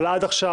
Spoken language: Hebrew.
אבל עד עכשיו,